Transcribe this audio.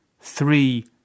three